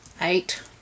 Eight